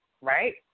right